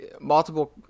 multiple